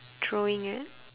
throwing it